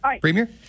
Premier